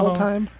time?